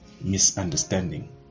misunderstanding